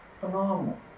Phenomenal